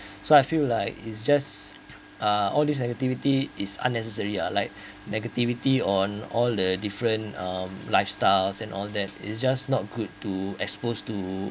so I feel like it's just uh all this negativity is unnecessary uh like negativity on all the different um lifestyles and all that it's just not good to exposed to